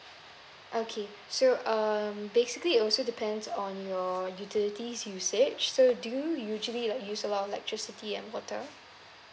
okay so um basically it also depends on your utilities usage so do you usually like use a lot of like electricity and water